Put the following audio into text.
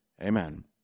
Amen